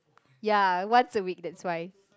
ya once a week that's why